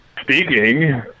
Speaking